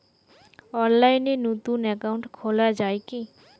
অনলাইনে নতুন একাউন্ট খোলা য়ায় কি?